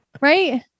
Right